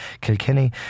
Kilkenny